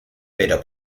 pero